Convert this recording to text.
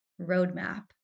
roadmap